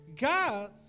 God